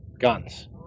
guns